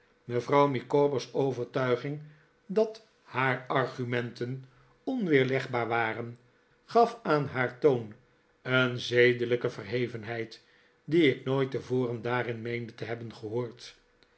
mevrouw micawber's overtuiging dat haar argumenten onweerlegbaar waren gaf aan haar toon eeiyzedelijke verhevenheid die ik nooit tevoren daarin meende te hebben gehoord